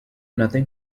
nothing